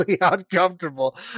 uncomfortable